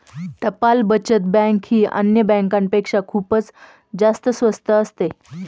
टपाल बचत बँक ही अन्य बँकांपेक्षा खूपच जास्त स्वस्त असते